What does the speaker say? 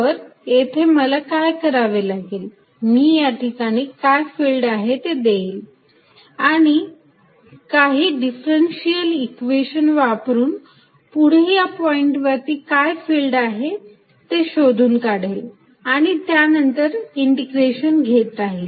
तर येथे मला काय करावे लागेल मी या ठिकाणी काय फिल्ड आहे ते घेईल आणि मग काही डिफरन्शियल इक्वेशन वापरून पुढे या पॉईंट वरती काय फिल्ड आहे ते शोधून काढेल आणि त्यानंतर इंटिग्रेशन घेत राहील